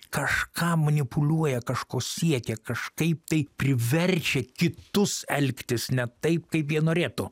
kažką manipuliuoja kažko siekia kažkaip tai priverčia kitus elgtis ne taip kaip jie norėtų